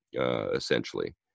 essentially